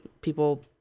people